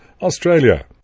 Australia